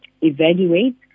evaluate